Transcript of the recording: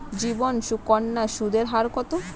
জীবন সুকন্যা সুদের হার কত?